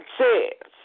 says